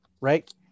Right